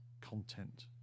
content